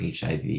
HIV